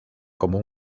como